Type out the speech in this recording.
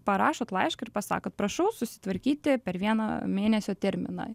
parašot laišką ir pasakot prašau susitvarkyti per vieną mėnesio terminą